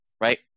right